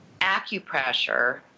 acupressure